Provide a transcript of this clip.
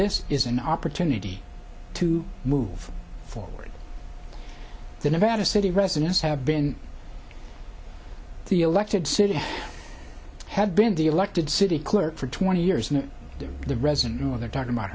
this is an opportunity to move forward the nevada city residents have been the elected city had been the elected city clerk for twenty years and the resident who were there talking about